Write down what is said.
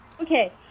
Okay